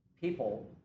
people